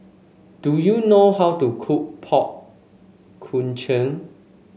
do you know how to cook Pork Knuckle